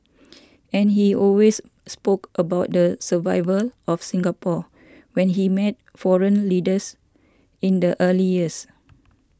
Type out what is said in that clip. and he always spoke about the survival of Singapore when he met foreign leaders in the early years